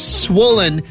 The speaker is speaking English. swollen